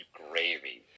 gravy